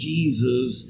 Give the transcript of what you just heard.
Jesus